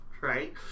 right